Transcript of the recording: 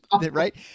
right